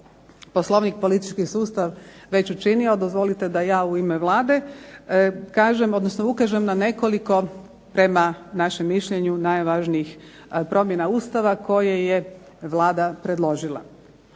Poslovnik i politički sustav već učinio, dozvolite da ja u ime Vlade kažem, odnosno ukažem na nekoliko prema našem mišljenju najvažnijih promjena Ustava koje je Vlada predložila.